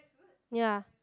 ya